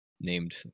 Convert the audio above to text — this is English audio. named